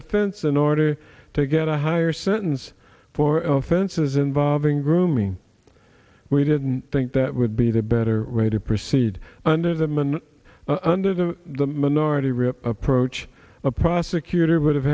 offense in order to get a higher sentence for offenses involving rheumy we didn't think that would be the better way to proceed under them and under the minority rip approach a prosecutor would